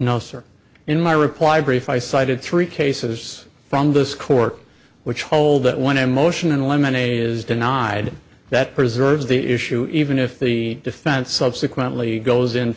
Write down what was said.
no sir in my reply brief i cited three cases from this court which hold that one in motion and lemonade is denied that preserves the issue even if the defense subsequently goes into